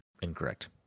Incorrect